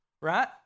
right